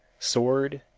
sword,